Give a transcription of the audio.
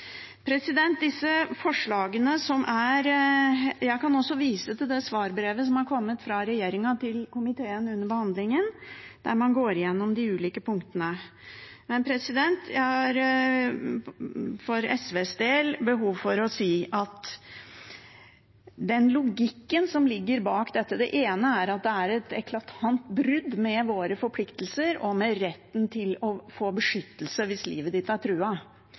Jeg kan også vise til svarbrevet som er kommet fra regjeringen til komiteen under behandlingen, der man går igjennom de ulike punktene. Jeg har for SVs del behov for å si noe om logikken som ligger bak dette: Det ene er at det er et eklatant brudd med våre forpliktelser og med retten til å få beskyttelse hvis livet er truet. Det andre er